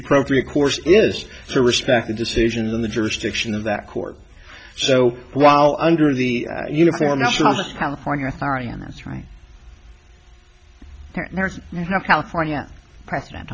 appropriate course is to respect the decision in the jurisdiction of that court so while under the uniform national california thorium that's right now california president